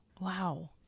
Wow